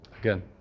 Again